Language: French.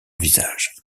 visage